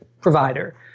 provider